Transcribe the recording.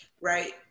right